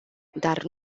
dar